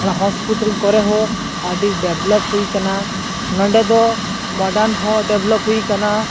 ᱚᱱᱟ ᱦᱳᱥᱯᱤᱴᱟᱞ ᱠᱚᱨᱮ ᱦᱚᱸ ᱟᱹᱰᱤ ᱰᱮᱵᱞᱳᱯ ᱦᱩᱭ ᱟᱠᱟᱱᱟ ᱱᱚᱰᱮ ᱫᱚ ᱢᱳᱰᱟᱱ ᱦᱚᱸ ᱰᱮᱵᱞᱳᱯ ᱦᱩᱭ ᱟᱠᱟᱱᱟ